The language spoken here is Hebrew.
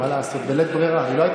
הרי אם אנחנו נגד המדינה, בוודאי ובוודאי